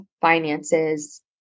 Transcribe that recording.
finances